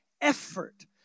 effort